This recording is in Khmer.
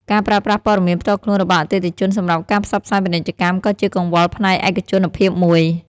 ការប្រើប្រាស់ព័ត៌មានផ្ទាល់ខ្លួនរបស់អតិថិជនសម្រាប់ការផ្សព្វផ្សាយពាណិជ្ជកម្មក៏ជាកង្វល់ផ្នែកឯកជនភាពមួយ។